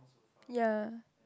ya